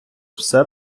все